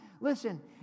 listen